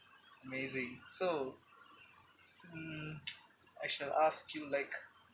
amazing so mm I shall ask you like